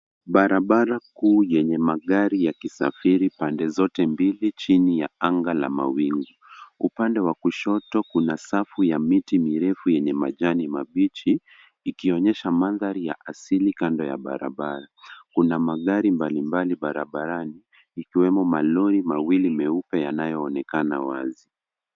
Barabara kuu yenye magari yakisafiri pande zote mbili chini ya anga la mawingu. Upande wa kushoto kuna safu ya miti mirefu yenye majani mabichi, ikionyesha mandhari ya asili kando ya barabara. Kuna magari mbalimbali barabarani, ikiwemo malori mawili meupe yanayoonekana wazi.